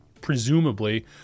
presumably